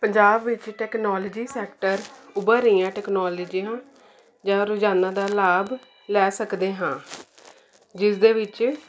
ਪੰਜਾਬ ਵਿੱਚ technology sector ਉੱਭਰ ਰਹੀਆਂ ਟੈਕਨੋਲਜੀਆਂ ਜਾਂ ਰੁਝਾਨਾਂ ਦਾ ਲਾਭ ਲੈ ਸਕਦੇ ਹਾਂ ਜਿਸ ਦੇ ਵਿੱਚ